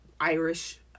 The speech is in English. Irish